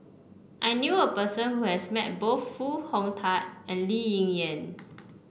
I knew a person who has met both Foo Hong Tatt and Lee Yen